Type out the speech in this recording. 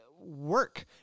Work